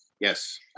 Yes